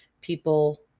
people